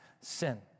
sin